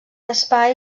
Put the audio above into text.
espai